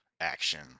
action